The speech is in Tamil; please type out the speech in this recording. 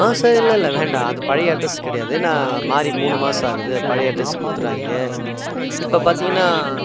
ஆ சார் இல்லல்லை வேண்டாம் அது பழைய அட்ரஸ் கிடையாது நான் மாறி மூணு மாதம் ஆகுது பழைய அட்ரஸுக்கு கொடுத்துறாதீங்க இப்போ பார்த்தீங்கன்னா